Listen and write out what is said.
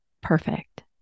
perfect